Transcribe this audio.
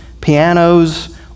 pianos